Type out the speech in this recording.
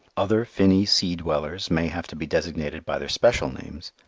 other finny sea-dwellers may have to be designated by their special names,